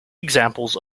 examples